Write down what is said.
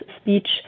speech